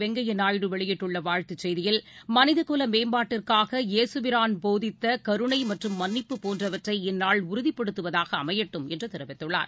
வெங்கைய நாயுடு வெளியிட்டுள்ள வாழ்த்துச் செய்தியில் மனித குல மேம்பாட்டிற்காக இயேசு பிரான் போதித்த கருணை மற்றும் மன்னிப்பு போன்றவற்றை இந்நாள் உறுதிப்படுத்துவதாக அமையட்டும் என்று தெரிவித்துள்ளார்